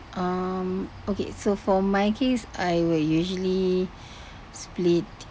um okay so for my case I will usually split